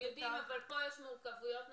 הם יודעים, אבל פה יש מורכבויות נוספות.